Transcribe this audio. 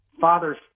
father's